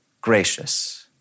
gracious